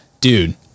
Dude